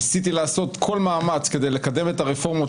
ניסיתי לעשות כל מאמץ כדי לקדם את הרפורמות